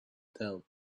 town